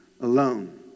alone